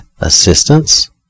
assistance